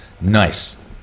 Nice